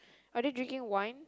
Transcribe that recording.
are they drinking wine